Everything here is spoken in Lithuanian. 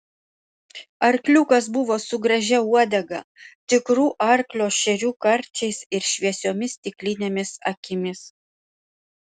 arkliukas buvo su gražia uodega tikrų arklio šerių karčiais ir šviesiomis stiklinėmis akimis